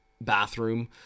bathroom